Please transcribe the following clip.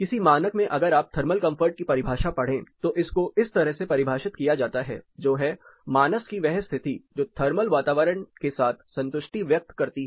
किसी मानक में अगर आप थर्मल कंफर्ट की परिभाषा पढ़ें तो इसको इस तरह से परिभाषित किया जाता है जो है मानस की वह स्थिति जो थर्मल वातावरण के साथ संतुष्टि व्यक्त करती है